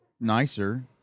nicer